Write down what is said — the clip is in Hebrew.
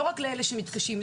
לא רק לאלו שמתקשים,